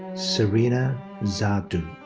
serena zadoo.